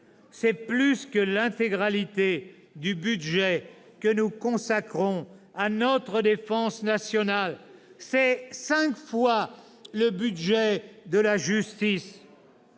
C'est plus que l'intégralité du budget que nous consacrons à notre défense nationale. C'est cinq fois le budget de la justice.